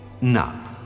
none